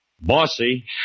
Bossy